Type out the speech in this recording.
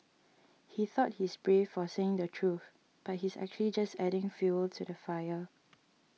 he thought he's brave for saying the truth but he's actually just adding fuel to the fire